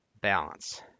Balance